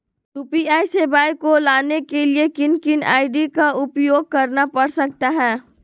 UPI सेवाएं को लाने के लिए किन किन आई.डी का उपयोग करना पड़ सकता है?